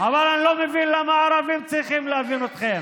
אבל אני לא מבין למה הערבים צריכים להבין אתכם.